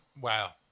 Wow